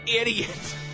idiot